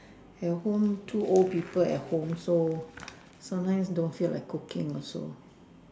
at home two old people at home so sometimes don't feel like cooking also